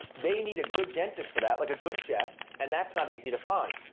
they need a good dentist for that like a good chef and that's not easy to find.